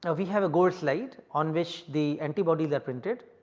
ah we have a gold slide on which the antibodies are printed